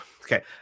okay